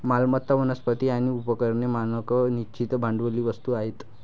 मालमत्ता, वनस्पती आणि उपकरणे मानक निश्चित भांडवली वस्तू आहेत